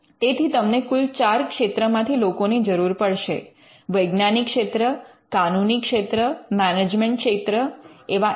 તેથી તમને કુલ ચાર ક્ષેત્રમાંથી લોકોની જરૂર પડશે વૈજ્ઞાનિક ક્ષેત્ર કાનૂની ક્ષેત્ર મેનેજમેન્ટ ક્ષેત્ર એવા એમ